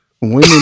Women